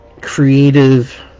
creative